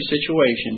situation